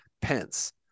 Pence